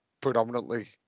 predominantly